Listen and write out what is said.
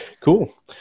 Cool